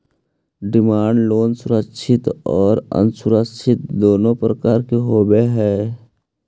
demand loan सुरक्षित आउ असुरक्षित दुनों प्रकार के होवऽ हइ